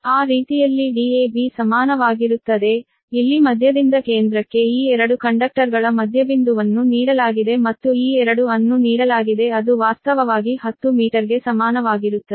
ಆದ್ದರಿಂದ ಆ ರೀತಿಯಲ್ಲಿ dab ಸಮಾನವಾಗಿರುತ್ತದೆ ಇಲ್ಲಿ ಮಧ್ಯದಿಂದ ಕೇಂದ್ರಕ್ಕೆ ಈ 2 ಕಂಡಕ್ಟರ್ಗಳ ಮಧ್ಯಬಿಂದುವನ್ನು ನೀಡಲಾಗಿದೆ ಮತ್ತು ಈ 2 ಅನ್ನು ನೀಡಲಾಗಿದೆ ಅದು ವಾಸ್ತವವಾಗಿ 10 ಮೀಟರ್ಗೆ ಸಮಾನವಾಗಿರುತ್ತದೆ